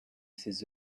ses